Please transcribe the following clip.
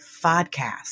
podcast